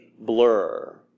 blur